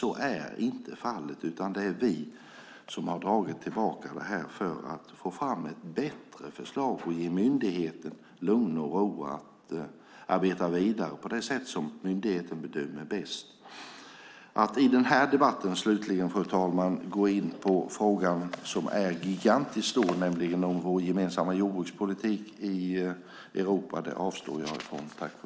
Så är alltså inte fallet, utan vi har dragit tillbaka förslaget för att få fram ett bättre förslag och för att ge myndigheten möjlighet att i lugn och ro arbeta vidare på det sätt som myndigheten bedömer vara bäst. Fru talman! Slutligen: Att i den här debatten gå in på en fråga som är gigantisk, nämligen frågan om vår gemensamma jordbrukspolitik i Europa, avstår jag från.